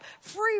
free